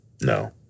no